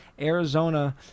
Arizona